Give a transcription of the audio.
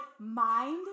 mind